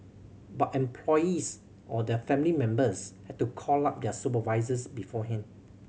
but employees or their family members had to call up their supervisors beforehand